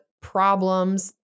problems